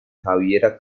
javiera